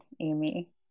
Amy